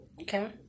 Okay